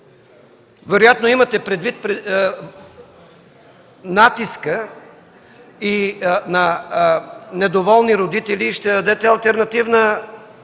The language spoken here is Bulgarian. Вероятно имате предвид натиска на недоволни родители и ще дадете алтернатива